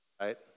right